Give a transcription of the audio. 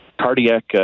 cardiac